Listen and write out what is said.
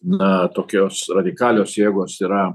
na tokios radikalios jėgos yra